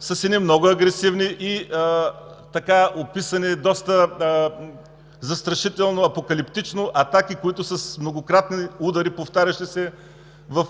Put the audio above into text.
с едни много агресивни и описани доста застрашително и апокалиптично атаки, които с многократни, повтарящи се удари в